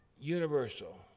universal